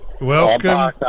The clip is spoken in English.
Welcome